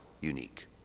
unique